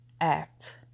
act